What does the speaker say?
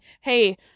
hey